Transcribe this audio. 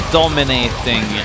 dominating